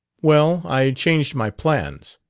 well, i changed my plans.